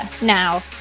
Now